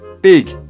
big